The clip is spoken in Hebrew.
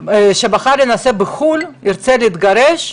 שבחר להינשא בחו"ל ירצה להתגרש,